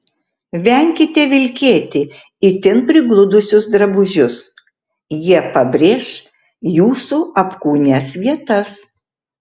venkite vilkėti itin prigludusius drabužius jie pabrėš jūsų apkūnias vietas